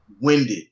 Winded